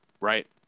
right